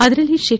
ಅದರಲ್ಲಿ ಶೇ